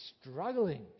struggling